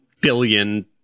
billion